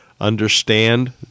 understand